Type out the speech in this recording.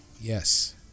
Yes